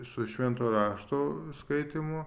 su švento rašto skaitymu